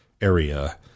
area